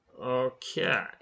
Okay